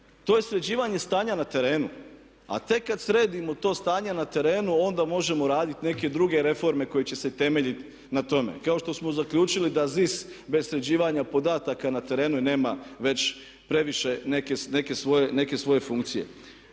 To je sređivanje stanja na terenu. A tek kada sredimo to stanje na terenu onda možemo raditi neke druge reforme koje će se temeljiti na tome. Kao što smo zaključili da ZIS bez sređivanja podataka na terenu nema već previše neke svoje funkcije.